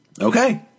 okay